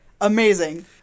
amazing